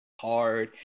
hard